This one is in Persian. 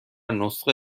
نسخه